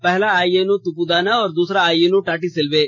पहला आईएनओ तुपुदाना और दूसरा आईएनओ टाटीसिल्वे